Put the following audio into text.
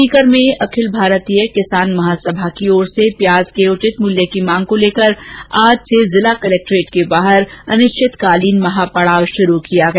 सीकर में अखिल भारतीय किसान महासभा की ओर से प्याज के उचित मूल्य की मांग को लेकर आज से जिला कलेक्ट्रेट के बाहर अनिश्चितकालीन महापड़ाव शुरू किया गया